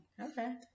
Okay